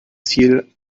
ziel